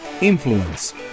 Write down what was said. Influence